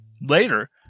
Later